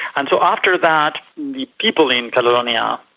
and so after that the people in catalonia,